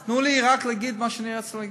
אז תנו לי להגיד מה שאני רוצה להגיד.